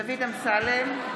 (קוראת בשם חבר הכנסת) דוד אמסלם,